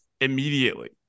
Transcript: immediately